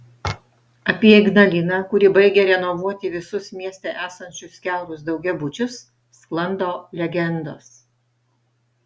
apie ignaliną kuri baigia renovuoti visus mieste esančius kiaurus daugiabučius sklando legendos